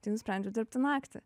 tai nusprendžiau dirbti naktį